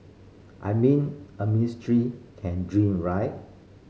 I mean a ministry can dream right